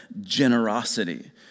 generosity